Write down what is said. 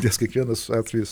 nes kiekvienas atvejis